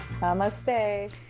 Namaste